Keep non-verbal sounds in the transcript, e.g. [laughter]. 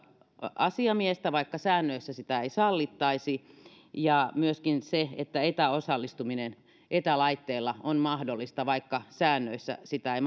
asiamiestä vaikka säännöissä sitä ei sallittaisi ja myöskin se että etäosallistuminen etälaitteilla on mahdollista vaikka säännöissä sitä ei [unintelligible]